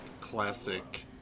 classic